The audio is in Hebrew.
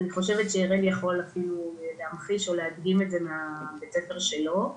אני חושבת שאראל יכול אפילו להמחיש או להדגים את זה מבית הספר שלו.